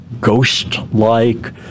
ghost-like